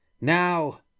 Now